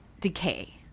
decay